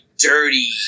Dirty